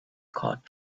caught